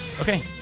Okay